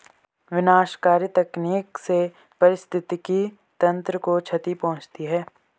विनाशकारी तकनीक से पारिस्थितिकी तंत्र को क्षति पहुँचती है